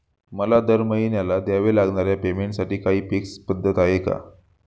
मला दरमहिन्याला द्यावे लागणाऱ्या पेमेंटसाठी काही फिक्स पद्धत आहे का?